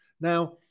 now